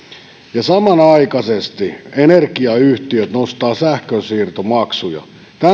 ja samanaikaisesti energiayhtiöt nostavat sähkönsiirtomaksuja tänään